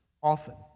often